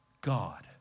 God